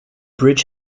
bridge